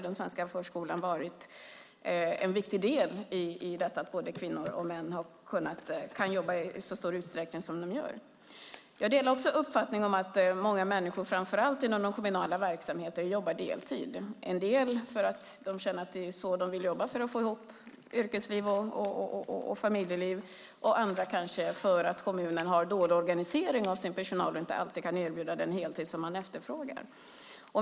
Den svenska förskolan har varit en viktig del i att både kvinnor och män kan jobba i så stor utsträckning som de gör. Jag delar också uppfattningen att många människor, framför allt inom de kommunala verksamheterna, jobbar deltid. En del gör det för att de känner att det är så de vill jobba för att få ihop yrkesliv och familjeliv, andra kanske för att kommunen har dålig organisering av sin personal och inte alltid kan erbjuda den heltid som efterfrågas.